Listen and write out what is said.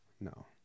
no